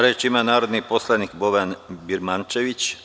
Reč ima narodni poslanik Boban Birmančević.